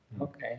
Okay